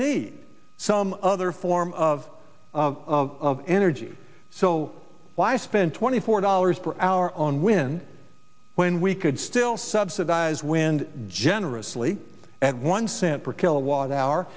need some other form of of energy so why spend twenty four dollars per hour on wind when we could still subsidize wind generously at one cent per kilowatt hour